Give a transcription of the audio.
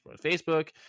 facebook